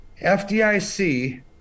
fdic